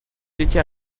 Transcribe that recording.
étiez